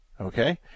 Okay